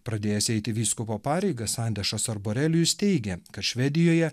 pradėjęs eiti vyskupo pareigas andešas arborelijus teigė kad švedijoje